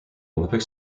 olympic